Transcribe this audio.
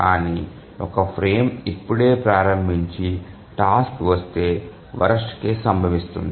కానీ ఒక ఫ్రేమ్ ఇప్పుడే ప్రారంభించి టాస్క్ వస్తే వరస్ట్ కేసు సంభవిస్తుంది